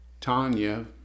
Tanya